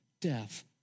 death